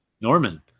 Norman